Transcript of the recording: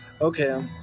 okay